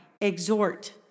exhort